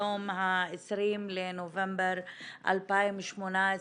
היום ה-20 בנובמבר 2018,